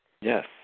Yes